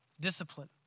discipline